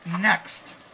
next